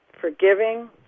Forgiving